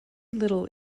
little